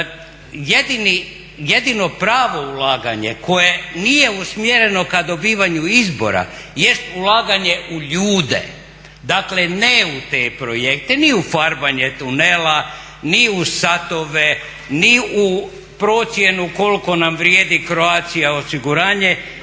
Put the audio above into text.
jedino pravo ulaganje koje nije usmjereno ka dobivanju izbora jest ulaganje u ljude. Dakle ne u te projekte, ni u farbanje tunela, ni u satove, ni u procjenu koliko nam vrijedi Croatia osiguranje.